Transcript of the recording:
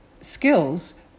skills